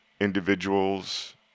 individuals